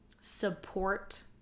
support